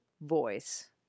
voice